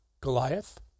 Goliath